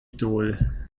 idol